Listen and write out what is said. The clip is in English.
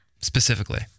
specifically